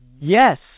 Yes